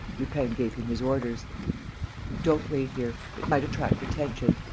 lupin gave him his orders don't wait here. it might attract attention.